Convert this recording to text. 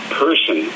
person